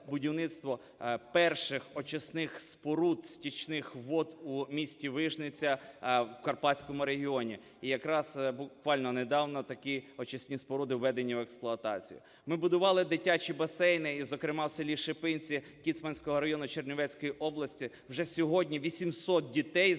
перших очисних споруд стічних вод у місті Вижниця в Карпатському регіоні. І якраз буквально недавно такі очисні споруди введені в експлуатацію. Ми будували дитячі басейни. І зокрема в селі Шипинці Кіцманського району Чернівецької області вже сьогодні 800 дітей займаються